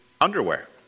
underwear